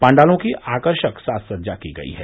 पाण्डालों की आकर्षक साज सज्जा की गयी है